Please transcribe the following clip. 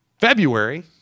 February